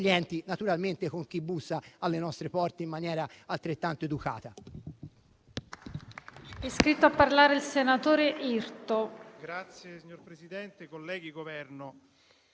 naturalmente con chi bussa alle nostre porte in maniera altrettanto educata.